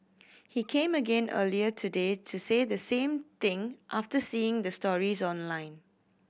he came again earlier today to say the same thing after seeing the stories online